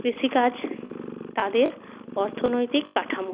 কৃষিকাজ তাদের অর্থনৈতিক কাঠামো